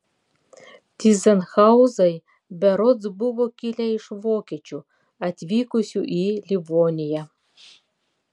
tyzenhauzai berods buvo kilę iš vokiečių atvykusių į livoniją